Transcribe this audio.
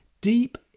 deep